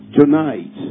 tonight